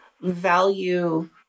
value